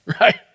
right